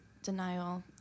denial